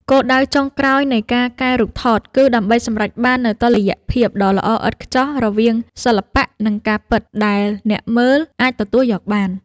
គោលដៅចុងក្រោយនៃការកែរូបថតគឺដើម្បីសម្រេចបាននូវតុល្យភាពដ៏ល្អឥតខ្ចោះរវាងសិល្បៈ និងការពិតដែលអ្នកមើលអាចទទួលយកបាន។